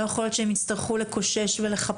לא יכול להיות שהם יצטרכו לקושש ולחפש